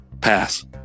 Pass